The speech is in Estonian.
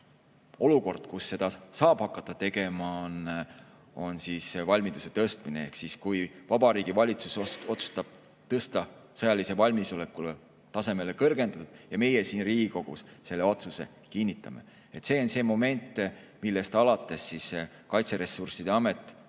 olukord, kus seda saab hakata tegema, on valmiduse tõstmine ehk siis, kui Vabariigi Valitsus otsustab tõsta sõjalise valmisoleku tasemele "kõrgendatud" ja meie siin Riigikogus selle otsuse kinnitame. See on see moment, millest alates Kaitseressursside Amet saab